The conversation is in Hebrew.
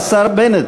השר בנט,